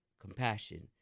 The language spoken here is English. compassion